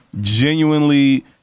genuinely